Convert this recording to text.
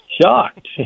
Shocked